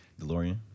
DeLorean